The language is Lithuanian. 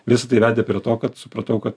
visa tai vedė prie to kad supratau kad